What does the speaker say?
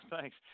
Thanks